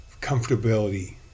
comfortability